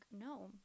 No